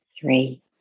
three